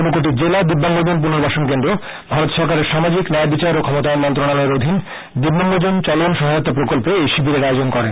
ঊনকোটি জেলা দিব্যাঙ্গ জন পুনর্বাসন কেন্দ্র ভারত সরকারের সামাজিক ন্যায় বিচার ও ফ্রমতায়ন মন্ত্রনালয়ের অধীন দিব্যাঙ্গজন চলন সহায়তা প্রকল্পে এই শিবিরের আয়োজন করেন